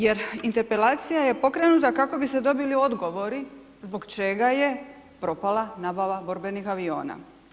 Jer interpelacija je pokrenuta kako bi se dobili odgovori zbog čega je propala nabava borbenih aviona.